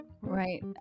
Right